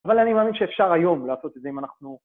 אבל אני מאמין שאפשר היום לעשות את זה אם אנחנו...